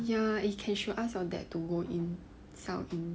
ya if can should ask your dad to go in sell